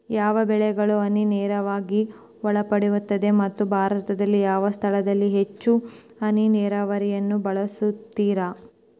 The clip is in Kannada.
ಯಾವ ಬೆಳೆಗಳು ಹನಿ ನೇರಾವರಿಗೆ ಒಳಪಡುತ್ತವೆ ಮತ್ತು ಭಾರತದಲ್ಲಿ ಯಾವ ಸ್ಥಳದಲ್ಲಿ ಹೆಚ್ಚು ಹನಿ ನೇರಾವರಿಯನ್ನು ಬಳಸುತ್ತಾರೆ?